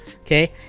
okay